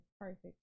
perfect